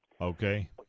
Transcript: Okay